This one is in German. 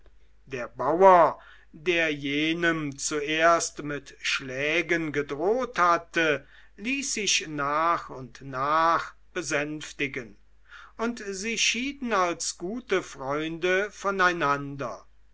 der bauer der jenem zuerst mit schlägen gedroht hatte ließ sich nach und nach besänftigen und sie schieden als gute freunde voneinander